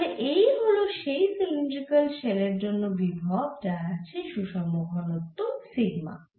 তাহলে এই হল এই সিলিন্ড্রকাল শেলের জন্য বিভব যার আছে সুষম ঘনত্ব সিগমা